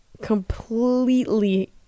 completely